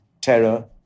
terror